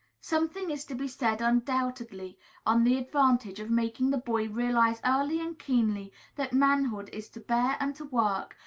something is to be said undoubtedly on the advantage of making the boy realize early and keenly that manhood is to bear and to work,